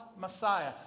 Messiah